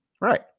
Right